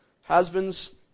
husbands